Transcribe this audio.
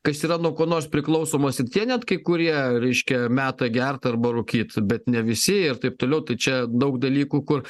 kas yra nuo ko nors priklausomas ir tie net kai kurie reiškia meta gert arba rūkyt bet ne visi ir taip toliau tai čia daug dalykų kur